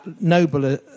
Noble